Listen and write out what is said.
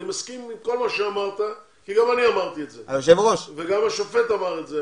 אני מסכים עם כל מה שאמרת כי גם אני אמרתי את זה וגם השופט אמר את זה,